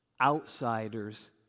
outsiders